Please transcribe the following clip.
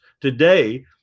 today